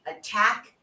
attack